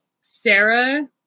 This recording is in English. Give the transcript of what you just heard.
Sarah